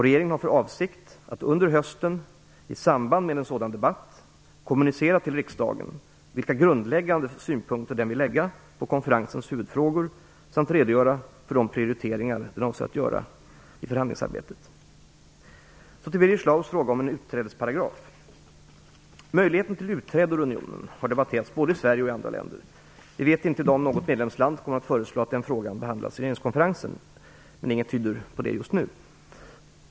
Regeringen har för avsikt att under hösten i samband med en sådan debatt kommunicera till riksdagen vilka grundläggande synpunkter den vill lägga på konferensens huvudfrågor samt redogöra för de prioriteringar den avser att göra i förhandlingsarbetet. Så till Birger Schlaugs fråga om en utträdesparagraf. Möjligheten till utträde ur unionen har debatterats både i Sverige och i andra länder. Vi vet inte i dag om något medlemsland kommer att föreslå att den frågan behandlas i regeringskonferensen, men inget tyder på detta just nu.